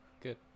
Good